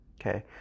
Okay